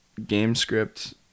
GameScript